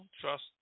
trust